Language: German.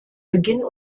beginn